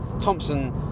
Thompson